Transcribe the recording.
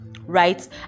right